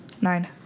Nine